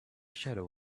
shadow